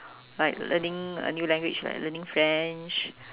like learning a new language like learning French